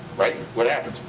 what happens?